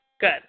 good